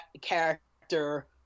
character